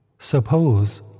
Suppose